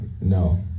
No